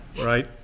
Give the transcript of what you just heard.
right